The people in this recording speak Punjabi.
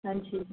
ਹਾਂਜੀ